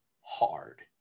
hard